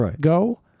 go